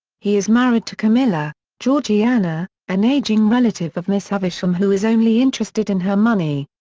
he is married to camilla. georgiana, an ageing relative of miss havisham who is only interested in her money.